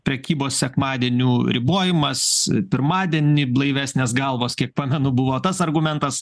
prekybos sekmadienių ribojimas pirmadienį blaivesnės galvos kiek pamenu buvo tas argumentas